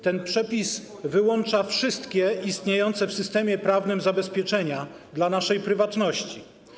Ten przepis wyłącza wszystkie istniejące w systemie prawnym zabezpieczenia prywatności.